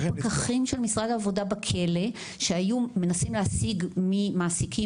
היו פקחים של משרד העבודה בכלא שהיו מנסים להשיג ממעסיקים,